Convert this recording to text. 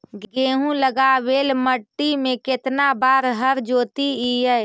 गेहूं लगावेल मट्टी में केतना बार हर जोतिइयै?